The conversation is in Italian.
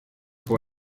può